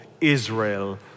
Israel